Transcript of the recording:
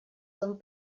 són